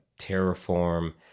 Terraform